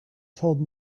told